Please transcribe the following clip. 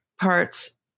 parts